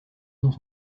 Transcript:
dans